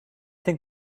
think